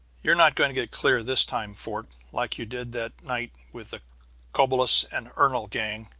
you're not going to get clear this time, fort, like you did that night with the cobulus and ernol's gang!